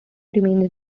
remains